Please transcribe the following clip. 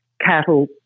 cattle